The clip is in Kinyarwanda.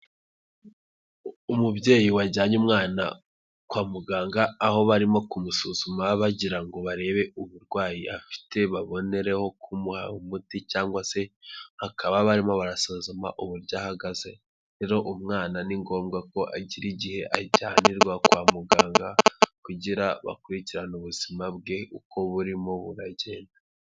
Umubyeyi wajyanye umwana kwa muganga, aho barimo kumusuzuma bagira ngo ngo barebe uburwayi afite babonereho kumuha umuti cyangwa se bakaba barimo barasuzuma uburyo ahagaze. Rero umwana ni ngombwa ko agira igihe ajyanirwa kwa muganga kugira bakurikirane ubuzima bwe uko burimo buragenda.